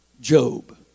Job